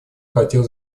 хотел